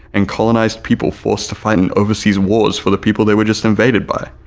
and colonized people forced to fight in overseas wars for the people they were just invaded by,